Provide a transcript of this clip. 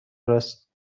رست